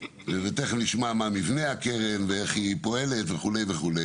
ותכף נשמע מה מבנה הקרן ואיך היא פועלת וכו'.